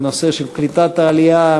בנושא של קליטת העלייה,